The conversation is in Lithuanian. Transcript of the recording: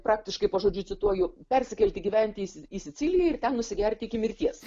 praktiškai pažodžiui cituoju persikelti gyventi į siciliją ir ten nusigerti iki mirties